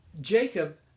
Jacob